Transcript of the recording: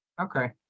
okay